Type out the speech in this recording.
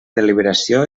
deliberació